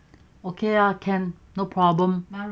okay ah can no problem